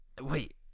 Wait